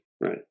right